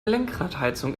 lenkradheizung